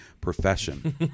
profession